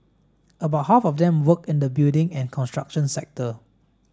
about half of them worked in the building and construction sector